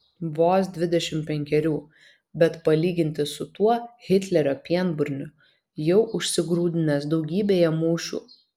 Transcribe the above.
vos dvidešimt penkerių bet palyginti su tuo hitlerio pienburniu jau užsigrūdinęs daugybėje mūšių